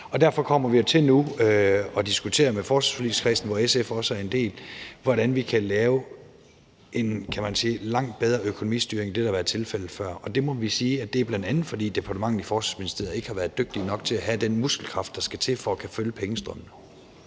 Derfor kommer vi med forsvarsforligskredsen, som SF jo også er en del af, nu til at diskutere, hvordan vi kan lave en langt bedre økonomistyring end det, der har været tilfældet før. Og vi må sige, at det bl.a. er, fordi departementet i Forsvarsministeriet ikke har været dygtige nok til at bruge den muskelkraft, der skal til, for at kunne følge pengestrømmen.